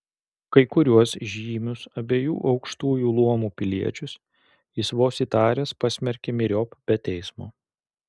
kai kuriuos žymius abiejų aukštųjų luomų piliečius jis vos įtaręs pasmerkė myriop be teismo